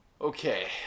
Okay